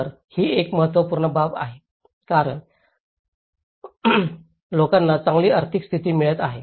तर ही एक महत्त्वपूर्ण बाब आहे कारण आणि लोकांना चांगली आर्थिक स्थिती मिळत आहे